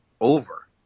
over